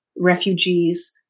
refugees